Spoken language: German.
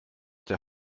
der